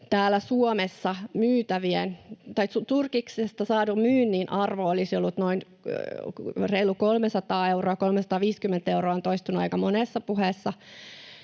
turkiksista saadun myynnin arvo olisi ollut noin reilu 300 miljoonaa euroa — 350 on toistunut aika monessa puheessa.